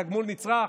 תגמול נצרך,